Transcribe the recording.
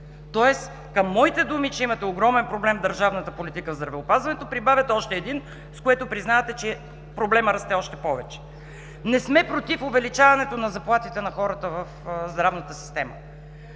Тоест към моите думи, че имате огромен проблем в държавната политика в здравеопазването, прибавяте още един, с което признавате, че проблемът расте още повече. Не сме против увеличаването на заплатите на хората в здравната система.